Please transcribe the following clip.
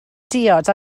diod